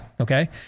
okay